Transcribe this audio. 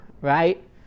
Right